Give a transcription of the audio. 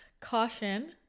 Caution